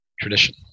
tradition